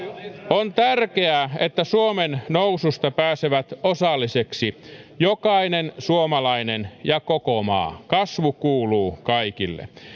on tärkeää että suomen noususta pääsee osalliseksi jokainen suomalainen ja koko maa kasvu kuuluu kaikille